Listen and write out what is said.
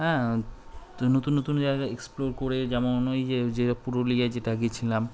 হ্যাঁ তো নতুন নতুন জায়গা এক্সপ্লোর করে যেমন ওই যে যে পুরুলিয়ায় যেটা গিয়েছিলাম